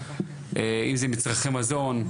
אם זה מצרכי מזון,